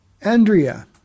Andrea